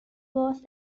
was